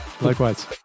Likewise